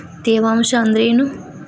ತೇವಾಂಶ ಅಂದ್ರೇನು?